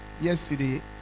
Yesterday